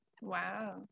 Wow